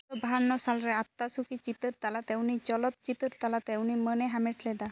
ᱵᱟᱦᱟᱱᱱᱚ ᱥᱟᱞᱨᱮ ᱟᱛᱛᱟᱥᱩᱠᱷᱤ ᱪᱤᱛᱟᱹᱨ ᱛᱟᱞᱟᱛᱮ ᱩᱱᱤ ᱪᱚᱞᱚᱛ ᱪᱤᱛᱟᱹᱨ ᱛᱟᱞᱟᱛᱮ ᱩᱱᱤ ᱢᱟᱹᱱᱮ ᱦᱟᱢᱮᱴ ᱞᱮᱫᱟ